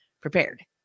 prepared